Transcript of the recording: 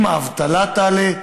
אם האבטלה תעלה,